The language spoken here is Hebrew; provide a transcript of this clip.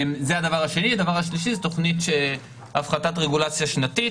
תוכנית הפחתת רגולציה שנתית,